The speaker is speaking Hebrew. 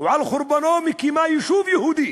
ועל חורבנו מקימה יישוב יהודי?